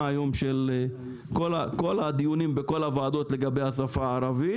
היום של כל הדיונים בכל הוועדות לגבי השפה הערבית.